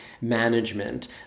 management